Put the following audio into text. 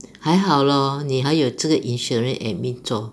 还好 lor 你还有这个 insurance admin 做